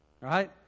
Right